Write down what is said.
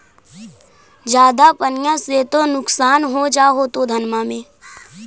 ज्यादा पनिया से तो नुक्सान हो जा होतो धनमा में?